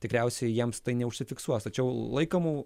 tikriausiai jiems tai neužsifiksuos tačiau laikomų